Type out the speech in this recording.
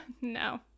No